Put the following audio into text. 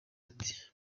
ati